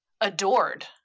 adored